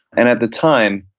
and at the time,